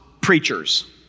preachers